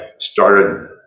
started